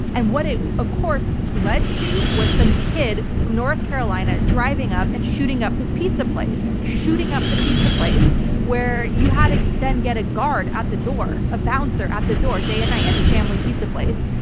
and what it, of course, led to was some kind from north carolina driving up and shooting up this pizza place. shooting up the pizza place where you had to ah then get a guard at the door, a bouncer at the door day and night at this family pizza place.